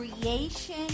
creation